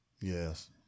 Yes